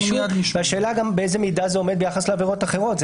עוד שאלה זה באיזה מידה זה עומד ביחס לעבירות אחרות.